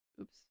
oops